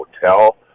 hotel